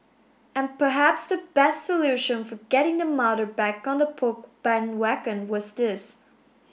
and perhaps the best solution for getting the mother back on the Poke bandwagon was this